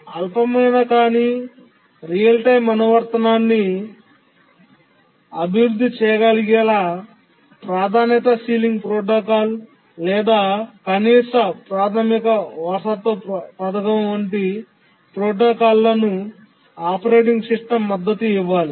అల్పమైన కాని నిజ సమయ అనువర్తనాన్ని అభివృద్ధి చేయగలిగేలా ప్రాధాన్యతా సీలింగ్ ప్రోటోకాల్ లేదా కనీసం ప్రాథమిక వారసత్వ పథకం వంటి ప్రోటోకాల్లను ఆపరేటింగ్ సిస్టమ్ మద్దతు ఇవ్వాలి